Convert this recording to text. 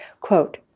quote